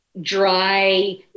dry